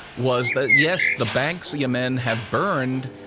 was that, yes, the banksia men have burned,